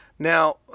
Now